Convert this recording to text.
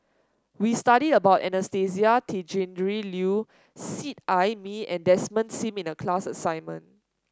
we studied about Anastasia Tjendri Liew Seet Ai Mee and Desmond Sim in the class assignment